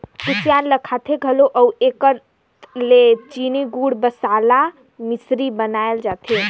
कुसियार ल खाथें घलो अउ एकर ले चीनी, गूर, बतासा, मिसरी बनाल जाथे